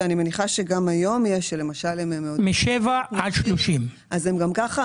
שבו מדובר על הקצאה של בין שבעה ל-18 מיליון לכל